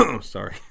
Sorry